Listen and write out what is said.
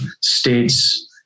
states